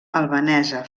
albanesa